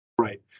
right